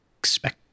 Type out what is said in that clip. expect